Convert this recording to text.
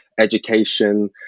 education